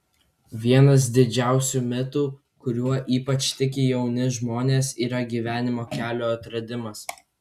vienas didžiausių mitu kuriuo ypač tiki jauni žmonės yra gyvenimo kelio atradimas